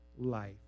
life